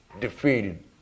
defeated